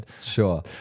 Sure